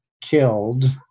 killed